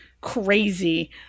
Crazy